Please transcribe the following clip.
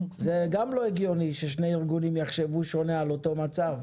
זה גם לא הגיוני ששני ארגונים יחשבו שונה על אותו מצב,